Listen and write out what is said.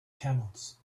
camels